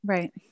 Right